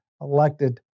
elected